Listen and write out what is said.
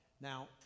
Now